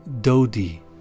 Dodi